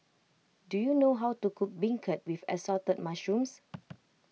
do you know how to cook Beancurd with Assorted Mushrooms